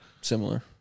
Similar